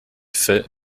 fait